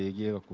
you